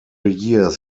years